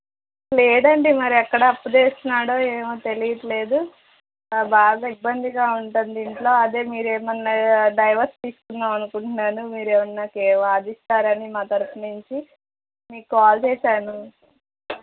లేదండి మరి ఎక్కడ అప్పు చేస్తున్నాడో ఏమో తెలియట్లేదు బాగా ఇబ్బందిగా ఉంటుంది ఇంట్లో అదే మీరు ఏమన్నా డైవర్స్ తీసుకుందాం అనుకుంటున్నాను మీరు ఏమన్నా కే వాదిస్తారు అని మా తరుపు నుంచి మీకు కాల్ చేసాను